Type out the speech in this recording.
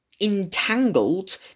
entangled